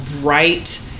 bright